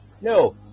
No